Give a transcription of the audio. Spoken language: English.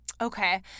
Okay